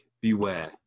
beware